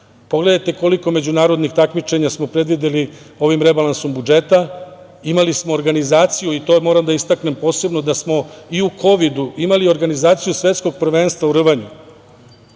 izdvojimo. Pogledajte koliko međunarodnih takmičenja smo predvideli ovim rebalansom budžeta, imali smo organizaciju i to moram da istaknem, posebno da smo i u kovidu imali organizaciju svetskog prvenstva u rvanju,